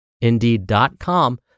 Indeed.com